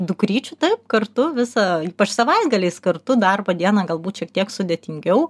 dukryčių taip kartu visą ypač savaitgaliais kartu darbo dieną galbūt šiek tiek sudėtingiau